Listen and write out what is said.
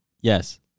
Yes